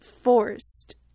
forced